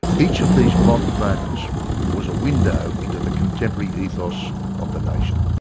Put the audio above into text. each of these modern moments was a window into the contemporary ethos of the nation.